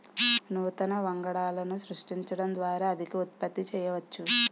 నూతన వంగడాలను సృష్టించడం ద్వారా అధిక ఉత్పత్తి చేయవచ్చు